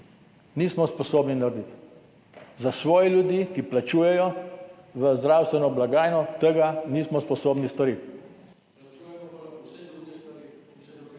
nismo sposobni narediti tega za svoje ljudi, ki plačujejo v zdravstveno blagajno, tega nismo sposobni storiti